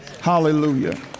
Hallelujah